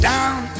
Down